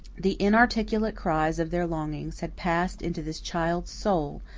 the inarticulate cries of their longings had passed into this child's soul,